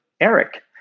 Eric